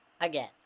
Again